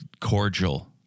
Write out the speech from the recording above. cordial